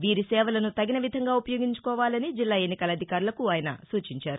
వీరి సేవలను తగిన విధంగా ఉపయోగించుకోవాలని జిల్లా ఎన్నికల అధికారులకు ఆయన సూచించారు